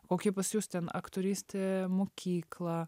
kokį pas jus ten aktorystė mokykla